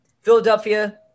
Philadelphia